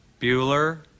bueller